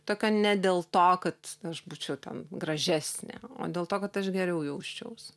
tokio ne dėl to kad aš būčiau ten gražesnė o dėl to kad aš geriau jausčiaus